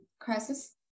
crisis